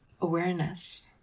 awareness